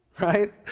right